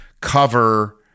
cover